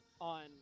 on